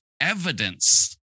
evidence